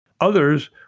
Others